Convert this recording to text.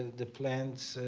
the plants,